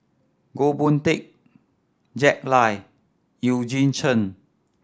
Goh Boon Teck Jack Lai Eugene Chen